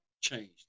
changed